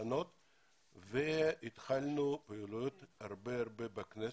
לשנות והתחלנו פעילויות בכנסת.